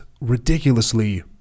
ridiculously